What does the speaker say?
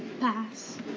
Pass